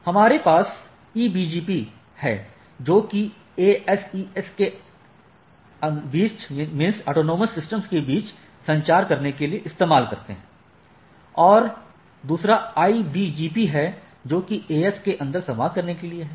हमारे पास EBGP बाहरी BGP है जो कि ASes के बीच संचार करने के लिए इस्तेमाल करते हैं औरबी दूसरा IBGP जो कि AS के अन्दर संवाद करने के लिए है